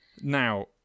Now